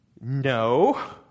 no